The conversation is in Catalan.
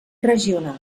regional